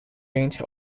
range